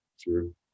True